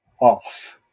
off